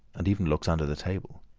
and even looks under the table.